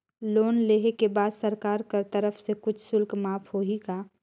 Loan लेहे के बाद सरकार कर तरफ से कुछ शुल्क माफ होही का?